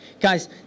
Guys